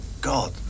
god